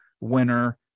winner